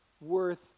worth